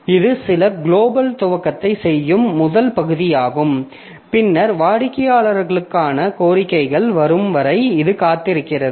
இது சில குளோபல் துவக்கத்தை செய்யும் முதல் பகுதியாகும் பின்னர் வாடிக்கையாளர்களுக்கான கோரிக்கைகள் வரும் வரை இது காத்திருக்கிறது